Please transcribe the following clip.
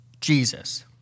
Jesus